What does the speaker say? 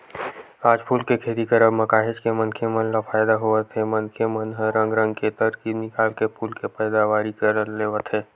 आज फूल के खेती करब म काहेच के मनखे मन ल फायदा होवत हे मनखे मन ह रंग रंग के तरकीब निकाल के फूल के पैदावारी लेवत हे